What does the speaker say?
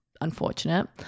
unfortunate